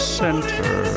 center